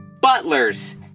butlers